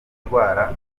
kurwara